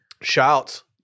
Shouts